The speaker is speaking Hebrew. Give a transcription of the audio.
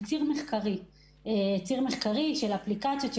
הציר הרביעי הוא ציר מחקרי של אפליקציות.